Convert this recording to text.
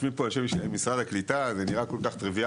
יושבים פה אנשי משרד העלייה והקליטה וזה נראה כל כך טרוויאלי,